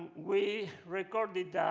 we recorded